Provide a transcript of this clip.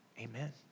Amen